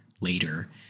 later